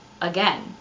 Again